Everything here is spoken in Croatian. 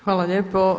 Hvala lijepo.